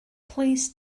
please